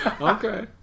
Okay